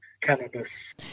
cannabis